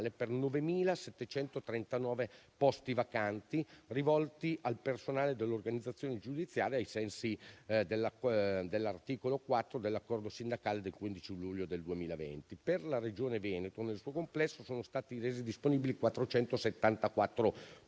per 9.739 posti vacanti rivolti al personale dell'organizzazione giudiziaria ai sensi dell'articolo 4 dell'accordo sindacale del 15 luglio 2020. Per la Regione Veneto nel suo complesso sono stati resi disponibili 474 posti